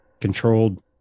controlled